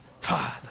Father